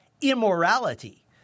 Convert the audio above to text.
immorality